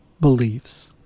beliefs